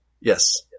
Yes